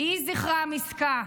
יהי זכרם עסקה.